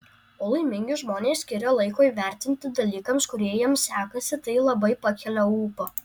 o laimingi žmonės skiria laiko įvertinti dalykams kurie jiems sekasi tai labai pakelia ūpą